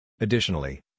Additionally